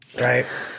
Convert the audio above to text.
right